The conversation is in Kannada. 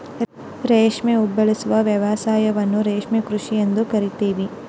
ರೇಷ್ಮೆ ಉಬೆಳೆಸುವ ವ್ಯವಸಾಯವನ್ನ ರೇಷ್ಮೆ ಕೃಷಿ ಎಂದು ಕರಿತೀವಿ